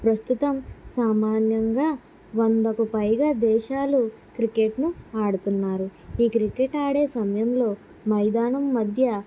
ప్రస్తుతం సామాన్యంగా వందకు పైగా దేశాలు క్రికెట్ను ఆడుతున్నారు ఈ క్రికెట్ ఆడే సమయంలో మైదానం మధ్య